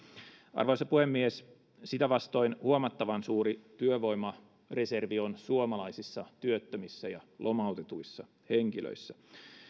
arvoisa puhemies sitä vastoin huomattavan suuri työvoimareservi on suomalaisissa työttömissä ja lomautetuissa henkilöissä